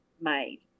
made